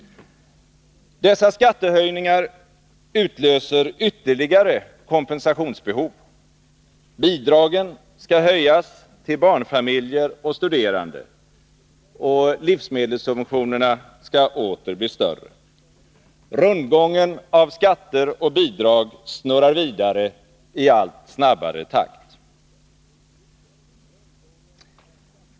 Dessa skattehöjningar utlöser ytterligare kompensationsbehov. Bidragen skall höjas till barnfamiljer och studerande, och livsmedelssubventionerna skall åter bli större. Rundgången av skatter och bidrag snurrar vidare i allt snabbare takt.